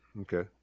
Okay